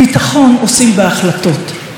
ביטחון עושים בהחלטות,